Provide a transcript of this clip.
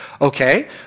Okay